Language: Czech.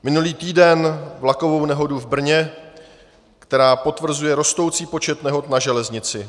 Minulý týden vlakovou nehodu v Brně, která potvrzuje rostoucí počet nehod na železnici.